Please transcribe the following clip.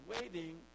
waiting